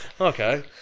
okay